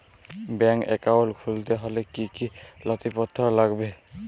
Bank account খুলতে হলে কি কি নথিপত্র লাগবে?